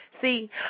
See